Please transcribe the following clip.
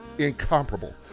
Incomparable